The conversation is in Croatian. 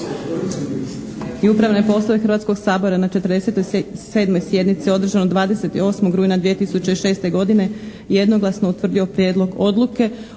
i upravne poslove Hrvatskog sabora je na 48. sjednici održanoj 13. listopada 2006. godine jednoglasno utvrdio Prijedlog odluke